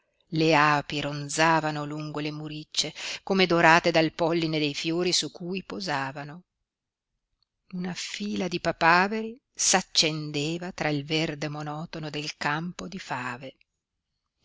le api ronzavano lungo le muricce come dorate dal polline dei fiori su cui posavano una fila di papaveri s'accendeva tra il verde monotono del campo di fave